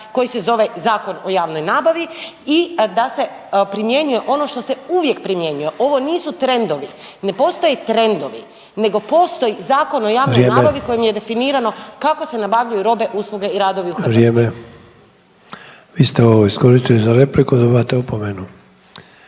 koji se zove Zakon o javnoj nabavi i da se primjenjuje ono što se uvijek primjenjuje. Ovo nisu trendovi. Ne postoje trendovi, nego postoji Zakon o javnoj nabavi kojim je definirano kako se nabavljaju robe, usluge i radovi u Hrvatskoj. **Sanader, Ante (HDZ)** Vrijeme. Vi ste ovo iskoristili za repliku. Dobivate opomenu.